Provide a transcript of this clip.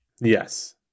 yes